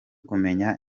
kumenya